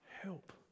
help